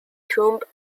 tomb